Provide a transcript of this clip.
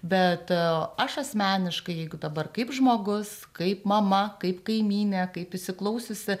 bet aš asmeniškai jeigu dabar kaip žmogus kaip mama kaip kaimynė kaip įsiklausiusi